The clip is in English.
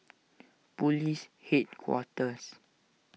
Police Headquarters